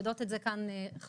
יודעות את זה כאן חברותיי,